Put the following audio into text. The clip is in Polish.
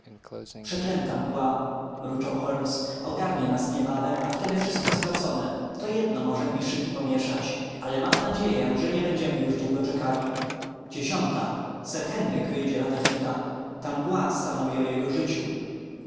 przeklęta mgła mruczał holmes ogarnie nas niebawem a wtedy wszystko stracone to jedno może mi szyki pomieszać ale mam nadzieję że nie będziemy już długo czekali dziesiąta sir henryk wyjdzie lada chwila ta mgła stanowi o jego życiu